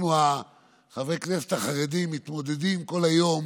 חברי הכנסת החרדים, מתמודדים כל היום